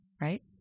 Right